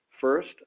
First